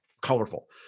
colorful